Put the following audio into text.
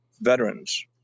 veterans